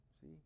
See